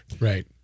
Right